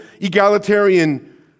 egalitarian